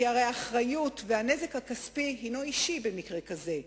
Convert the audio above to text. כי הרי האחריות, הנזק הכספי הינו אישי במקרה כזה.